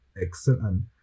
excellent